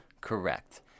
Correct